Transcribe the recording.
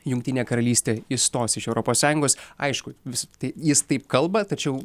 jungtinė karalystė išstos iš europos sąjungos aišku vis tai jis taip kalba tačiau